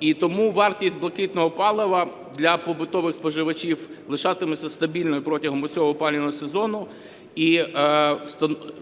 і тому вартість блакитного палива для побутових споживачів лишатиметься стабільною протягом усього опалювального сезону.